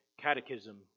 catechism